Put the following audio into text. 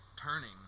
turning